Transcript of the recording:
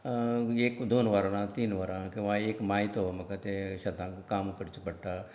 एक दोन वरां तीन वरां किंवां एक मायतो म्हाका तें शेतांत काम करचें पडटा